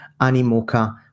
Animoca